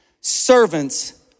Servants